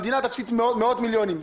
המדינה תפסיד מאות מיליונים.